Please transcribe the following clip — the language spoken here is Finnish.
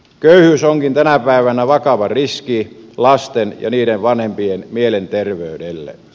köyhyys onkin tänä päivänä vakava riski lasten ja heidän vanhempiensa mielenterveydelle